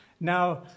now